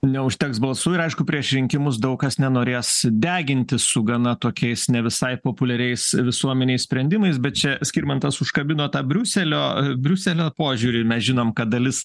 neužteks balsų ir aišku prieš rinkimus daug kas nenorės degintis su gana tokiais ne visai populiariais visuomenėj sprendimais bet čia skirmantas užkabino tą briuselio briuselio požiūrį mes žinom kad dalis